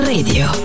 Radio